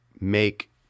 make